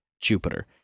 Jupiter